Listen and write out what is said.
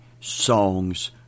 songs